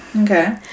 Okay